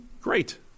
Great